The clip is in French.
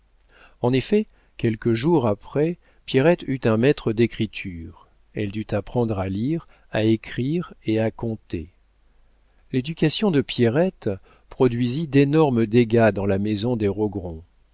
en effet quelques jours après pierrette eut un maître d'écriture elle dut apprendre à lire à écrire et à compter l'éducation de pierrette produisit d'énormes dégâts dans la maison des rogron